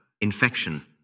Infection